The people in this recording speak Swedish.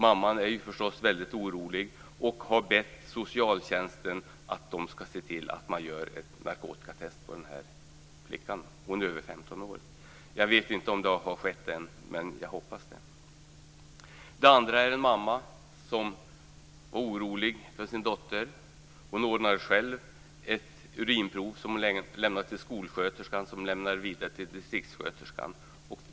Mamman är förstås väldigt orolig och har bett socialtjänsten se till att göra ett narkotikatest på flickan. Hon är över 15 år. Jag vet inte om det har skett än, men jag hoppas det. Den andra mamman var orolig för sin dotter. Hon ordnade själv ett urinprov som hon lämnade till skolsköterskan, som lämnade det vidare till distriktssköterskan.